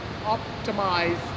optimize